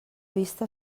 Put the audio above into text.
vista